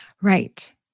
right